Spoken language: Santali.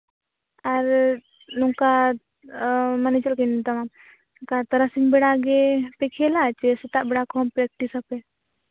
ᱟᱨ ᱱᱚᱝᱠᱟ ᱢᱟᱱᱮ ᱪᱮᱫᱞᱮᱠᱟᱧ ᱢᱮᱛᱟᱢᱟ ᱱᱚᱝᱠᱟ ᱛᱟᱨᱟᱥᱤᱧ ᱵᱮᱲᱟ ᱜᱮ ᱯᱮ ᱠᱷᱮᱞᱟ ᱥᱮ ᱥᱮᱛᱟᱜ ᱵᱮᱲᱟ ᱠᱷᱚᱱ ᱯᱮᱠᱴᱤᱥᱟᱯᱮ